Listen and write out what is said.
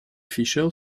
fischer